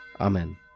Amen